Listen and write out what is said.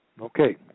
Okay